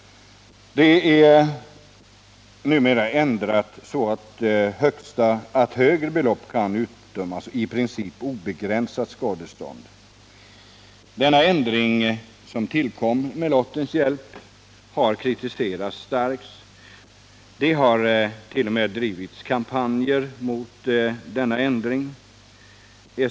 Detta är numera ändrat så att högre — i princip obegränsat — skadeståndsbelopp kan utdömas. Denna ändring, som tillkom med lottens hjälp, har kritiserats starkt. Det har t.o.m. drivits kampanjer mot den.